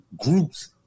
groups